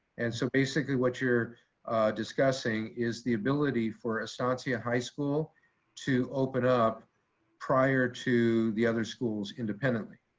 and so basically what you're discussing is the ability for estancia high school to open up prior to the other schools independently,